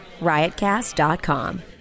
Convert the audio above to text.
Riotcast.com